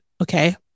okay